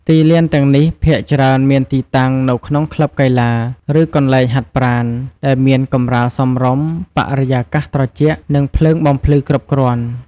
ទីលានទាំងនេះភាគច្រើនមានទីតាំងនៅក្នុងក្លឹបកីឡា ឬកន្លែងហាត់ប្រាណ ដែលមានកម្រាលសមរម្យ បរិយាកាសត្រជាក់ និងភ្លើងបំភ្លឺគ្រប់គ្រាន់។